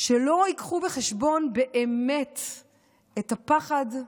שלא ייקחו בחשבון באמת את הפחד,